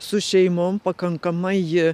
su šeimom pakankamai jie